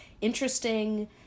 interesting